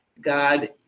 God